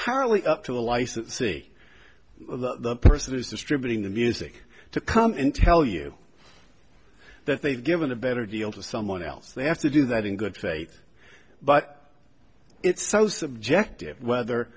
terribly up to the licensee the person who's distributing the music to come in tell you that they've given a better deal to someone else they have to do that in good faith but it's so subjective whether